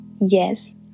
Yes